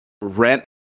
rent